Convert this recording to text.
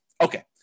Okay